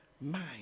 mind